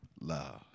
love